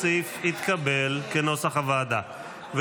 הסעיף כנוסח הוועדה התקבל.